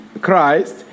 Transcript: Christ